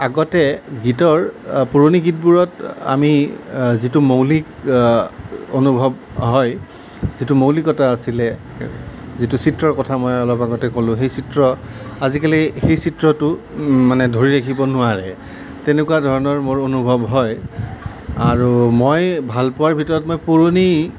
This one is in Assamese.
আগতে গীতৰ পুৰণি গীতবোৰত আমি যিটো মৌলিক অনুভৱ হয় যিটো মৌলিকতা আছিলে যিটো চিত্ৰৰ কথা মই অলপ আগতে ক'লোঁ সেই চিত্ৰ আজিকালি সেই চিত্ৰটো মানে ধৰি ৰাখিব নোৱাৰে তেনেকুৱা ধৰণৰ মোৰ অনুভৱ হয় আৰু মই ভালপোৱাৰ ভিতৰত মই পুৰণি